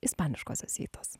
ispaniškosios siuitos